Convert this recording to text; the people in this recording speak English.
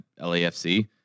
LAFC